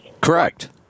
Correct